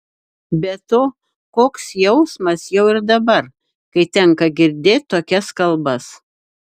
be to koks jausmas jau ir dabar kai tenka girdėt tokias kalbas